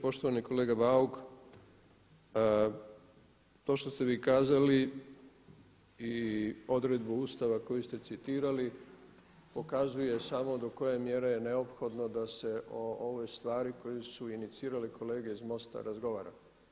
Poštovani kolega Bauk, to što ste vi kazali i odredba Ustava koju ste citirali pokazuje samo do koje mjere je neophodno da se o ovoj stvari koju su inicirali kolege iz MOST-a razgovara.